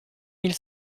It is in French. mille